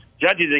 judges